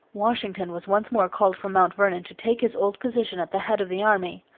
washington was once more called from mount vernon to take his old position at the head of the army.